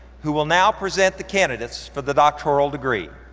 who will now present the candidates for the doctoral degree.